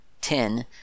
ten